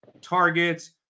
targets